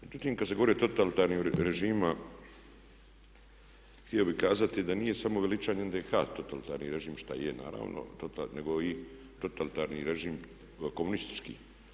Međutim, kad se govori o totalitarnim režimima htio bih kazati da nije samo veličanje NDH-a totalitarni režim šta je naravno, nego i totalitarni režim komunistički.